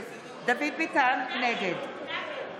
נגד ולדימיר בליאק, בעד מירב בן ארי, בעד